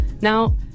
Now